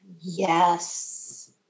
Yes